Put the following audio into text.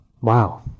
wow